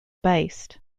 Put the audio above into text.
based